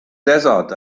desert